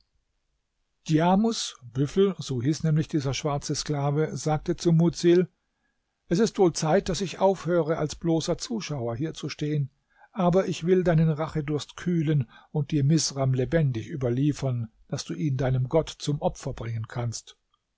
djamus büffel so hieß nämlich dieser schwarze sklave sagte zu mudsil es ist wohl zeit daß ich aufhöre als bloßer zuschauer hier zu stehen aber ich will deinen rachedurst kühlen und dir misram lebendig überliefern daß du ihn deinem gott zum opfer bringen kannst